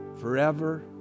forever